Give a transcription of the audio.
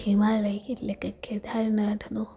હિમાલય એટલે કે કેદારનાથનો